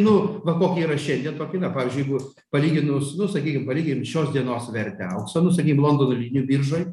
nu vat kokia yra šiandien tokia yra pavyzdžiui jeigu palyginus nu sakykim palyginkim šios dienos vertę aukso nu sakykim londono lydinių biržoj